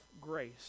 grace